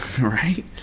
Right